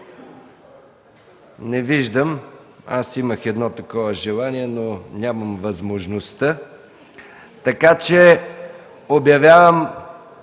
Не виждам. Аз имах едно такова желание, но нямам възможността, така че обявявам